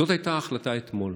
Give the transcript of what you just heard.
זאת הייתה ההחלטה אתמול.